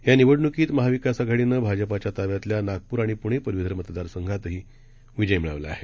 यानिवडणूकीतमहाविकासआघाडीनंभाजपाच्याताब्यातल्यानागप्रआणिप्णेपदवीधरमतदारसं घातहीविजयमिळवलाआहे